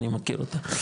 אני מכיר אותה,